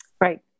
Right